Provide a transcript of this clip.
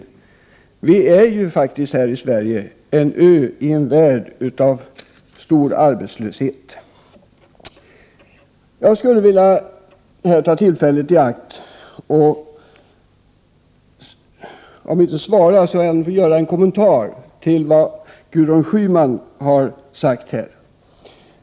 Vi är ju faktiskt här i Sverige en öi en värld av stor arbetslöshet. Jag skulle här vilja ta tillfället i akt och göra en kommentar till vad Gudrun Schyman har sagt.